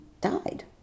died